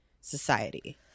society